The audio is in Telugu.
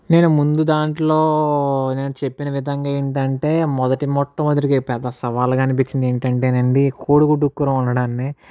నేను ముందు దాంట్లో నేను చెప్పిన విధంగా ఏంటి అంటే మొదటి మొట్టమొదటిగా పెద్ద సవాల్గా అనిపించింది ఏంటి అంటే అండి కోడిగుడ్డు కూర వండడాన్ని